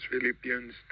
Philippians